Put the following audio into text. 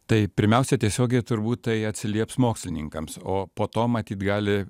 tai pirmiausia tiesiogiai turbūt tai atsilieps mokslininkams o po to matyt gali